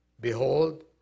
behold